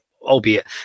albeit